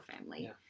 family